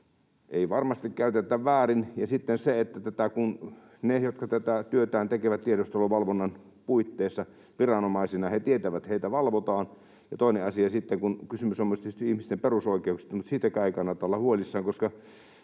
Ei varmasti käytetä väärin, kun ne, jotka tätä työtään tekevät tiedusteluvalvonnan puitteissa viranomaisina, tietävät, että heitä valvotaan. Ja toinen asia sitten: kun kysymys on tietysti myös ihmisten perusoikeuksista, niin siitäkään ei kannata olla huolissaan, koska